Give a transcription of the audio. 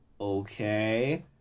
okay